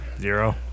Zero